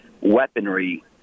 weaponry